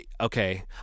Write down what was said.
okay